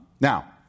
Now